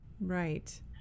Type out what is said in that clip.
Right